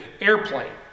airplane